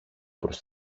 προς